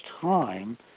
time